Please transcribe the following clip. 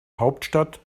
hauptstadt